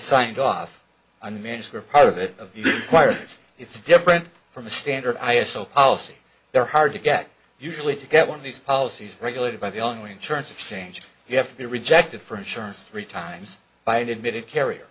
signed off on manage their part of it of the wires it's different from the standard i s o policy they're hard to get usually to get one of these policies regulated by the only insurance exchange you have to be rejected for insurance three times by an admitted carrier